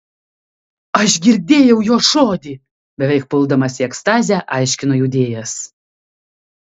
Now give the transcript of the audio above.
aš girdėjau jo žodį beveik puldamas į ekstazę aiškino judėjas